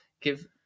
give